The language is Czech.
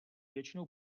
většinou